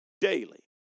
daily